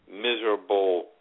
Miserable